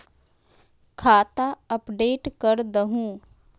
खाता अपडेट करदहु?